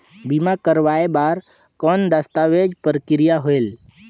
बीमा करवाय बार कौन दस्तावेज प्रक्रिया होएल?